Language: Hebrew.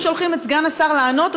אם שולחים את סגן השר לענות,